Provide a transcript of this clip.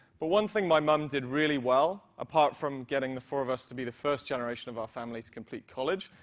but one thing my mom did really well, apart from getting the four of us to be the first generation of our families to complete college,